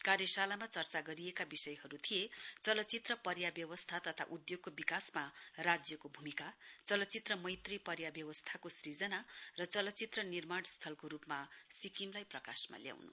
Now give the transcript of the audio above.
कार्यशालामा चर्चा गरिएका विषयहरू थिए चलचित्र पर्याव्यवस्था तथा उद्योगको विकासमा राज्यको भूमिका चलचित्र मैत्री पर्याव्यवस्थाको सृजना र चलचित्र निर्माण स्थलको रूपमा सिक्किमलाई प्रकाशमा ल्याउनु